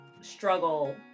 struggle